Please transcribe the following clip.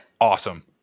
Awesome